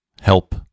Help